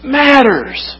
matters